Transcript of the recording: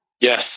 Yes